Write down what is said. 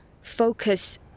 Focus